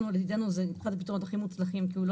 לדידנו זה אחד הפתרונות הכי מוצלחים כי הוא לא